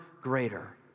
greater